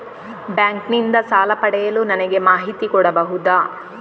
Bank ನಿಂದ ಸಾಲ ಪಡೆಯಲು ನನಗೆ ಮಾಹಿತಿ ಕೊಡಬಹುದ?